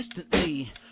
instantly